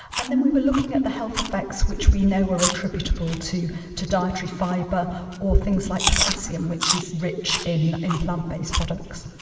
and then we were looking at the health effects which we know were attributable to two dietary fibre or things like potassium which is rich in in plant-based products.